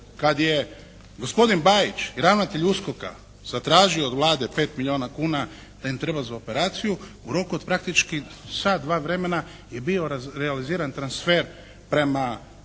kad je gospodin Bajić i ravnatelj USKOK-a zatražio od Vlade pet milijuna kuna da im treba za operaciju u roku od praktički sat, dva vremena je bio realiziran transfer prema USKOK-u